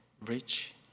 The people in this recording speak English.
rich